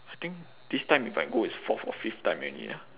I think this time if I go is fourth or fifth time already ah